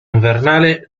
invernale